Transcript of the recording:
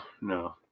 no